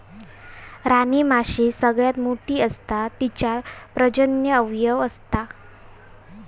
राणीमाशी सगळ्यात मोठी असता तिच्यात प्रजनन अवयव असता